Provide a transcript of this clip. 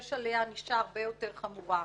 יש עליה ענישה הרבה יותר חמורה.